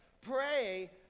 pray